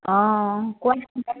অঁ